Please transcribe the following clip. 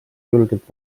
julgelt